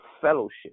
fellowship